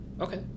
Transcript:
Okay